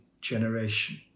generation